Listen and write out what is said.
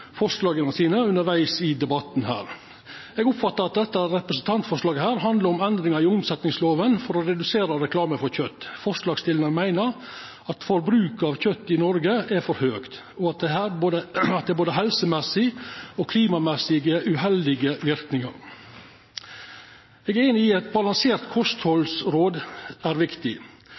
sine undervegs i debatten. Dette representantforslaget handlar om endring av omsetningslova for å redusera reklame for kjøt. Forslagsstillarane meiner at forbruket av kjøt i Noreg er for høgt, og at det har uheldige verknader, både helsemessig og klimamessig. Eg er einig i at balanserte kosthaldsråd er